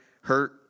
hurt